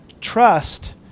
trust